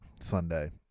Sunday